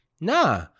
nah